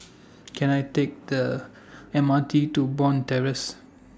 Can I Take The M R T to Bond Terrace